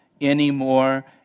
anymore